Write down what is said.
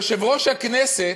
ויושב-ראש הכנסת,